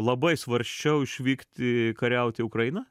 labai svarsčiau išvykti kariauti į ukrainą